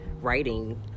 writing